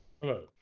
Hello